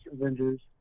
Avengers